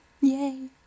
Yay